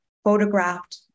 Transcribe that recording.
photographed